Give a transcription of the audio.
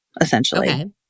essentially